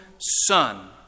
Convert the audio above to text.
son